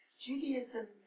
Judaism